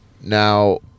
Now